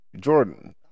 Jordan